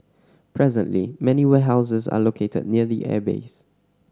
presently many warehouses are located near the airbase